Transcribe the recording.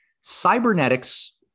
cybernetics